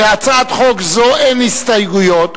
להצעת חוק זו אין הסתייגויות,